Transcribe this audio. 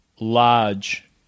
large